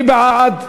מי בעד?